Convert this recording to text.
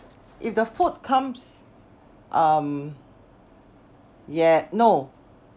if the food comes um ye~ no